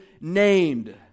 named